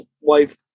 wife